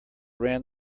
ran